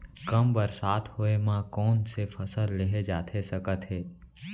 कम बरसात होए मा कौन से फसल लेहे जाथे सकत हे?